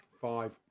Five